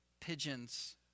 pigeons